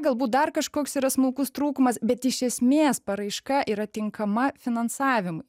galbūt dar kažkoks yra smulkus trūkumas bet iš esmės paraiška yra tinkama finansavimui